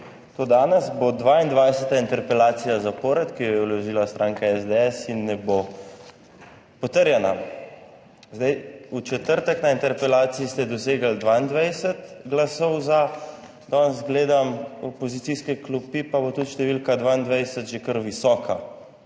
bo dvaindvajseta interpelacija zapored, ki jo je vložila stranka SDS in ne bo potrjena. Zdaj, v četrtek na interpelaciji ste dosegli 22 glasov za, danes gledam opozicijske klopi, pa bo tudi številka 22 že kar visoka,